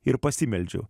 ir pasimeldžiau